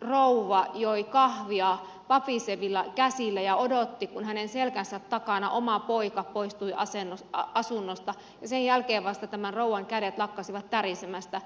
rouva joi kahvia vapisevilla käsillä ja odotti kun hänen selkänsä takana oma poika poistui asunnosta ja sen jälkeen vasta tämän rouvan kädet lakkasivat tärisemästä